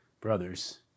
brothers